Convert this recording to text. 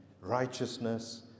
Righteousness